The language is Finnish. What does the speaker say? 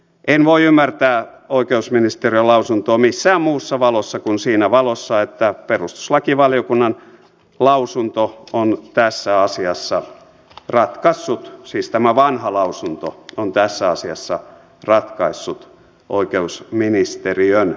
en voi ymmärtää oikeusministeriön lausuntoa missään muussa kuin siinä valossa että perustuslakivaliokunnan lausunto on tässä asiassa ratkaisut siis tämä vanha lausunto on tässä asiassa ratkaissut oikeusministeriön näkemyksen